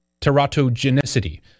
teratogenicity